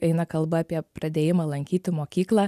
eina kalba apie pradėjimą lankyti mokyklą